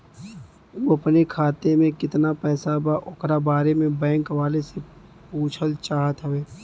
उ अपने खाते में कितना पैसा बा ओकरा बारे में बैंक वालें से पुछल चाहत हवे?